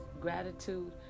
gratitude